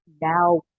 now